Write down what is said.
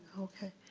okay.